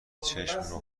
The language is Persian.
چشم